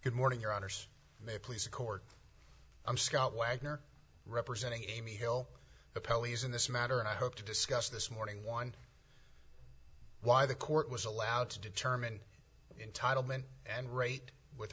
good morning your honour's may please the court i'm scott wagner representing amy hill pelleas in this matter and i hope to discuss this morning one why the court was allowed to determine in title meant and rate with